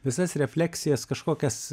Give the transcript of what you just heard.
visas refleksijas kažkokias